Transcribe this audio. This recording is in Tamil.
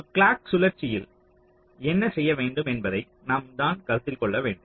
ஒரு கிளாக் சுழற்சியில் என்ன செய்ய வேண்டும் என்பதை நாம் தான் கருத்தில் கொள்ள வேண்டும்